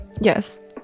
Yes